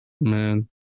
man